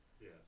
yes